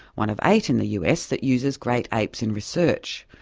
one of eight in the us that uses great apes in research,